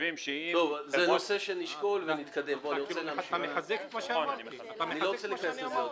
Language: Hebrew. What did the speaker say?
זה נושא שנשקול, אני לא רוצה להיכנס לזה.